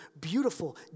beautiful